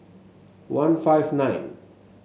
one five nine